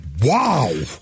wow